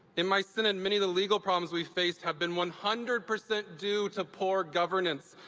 in my synod, many of the legal problems we faced have been one hundred percent due to poor governance,